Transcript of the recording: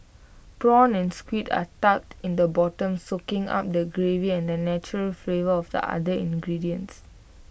prawn and squid are tucked in the bottom soaking up the gravy and the natural flavours of the other ingredients